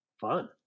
fun